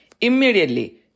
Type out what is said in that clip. Immediately